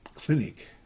Clinic